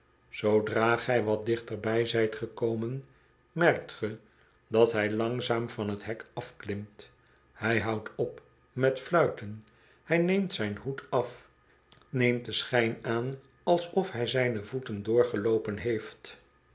zoodra gij wat dichterby zijt gekomen merkt ge dat hij langzaam van t hek afklimt hij houdt op met fluiten hij neemtzijn hoed af neemt den schijn aan alsof hy zijne voeten doorgeloopen heeft